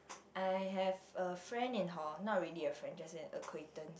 I have a friend in hall not really a friend just an acquaintance